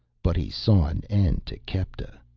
but he saw an end to kepta!